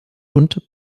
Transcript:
und